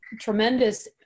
tremendous